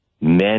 men